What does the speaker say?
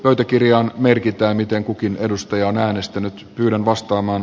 pöytäkirjaan merkitään miten kukin edustaja on äänestänyt kylän vasta oman